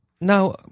Now